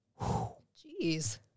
Jeez